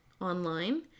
online